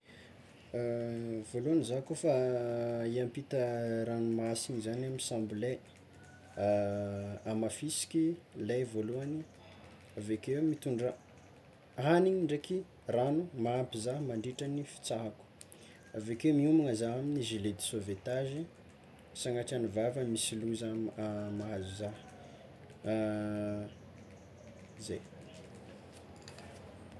Voalohany zah koe efa hiampita ranomasiny zany amy sambo ley hamafisiky ley voalohany, aveke mitondra hagniny ndraiky rano mahampy zah mandritra ny fitsahako, aveke miomana zah amy gilet de sauvetage sagnatria ny vava misy loza mahazo zah zay.